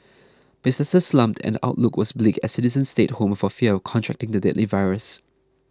businesses slumped and outlook was bleak as citizens stayed home for fear of contracting the deadly virus